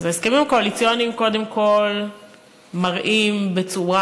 ההסכמים הקואליציוניים קודם כול מראים בצורה